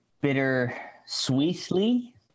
bitter-sweetly